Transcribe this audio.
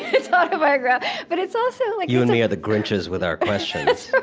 it's autobiographical. but it's also, you and me are the grinches with our questions that's